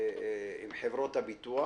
חברות הביטוח